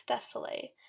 Thessaly